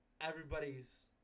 everybody's